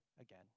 again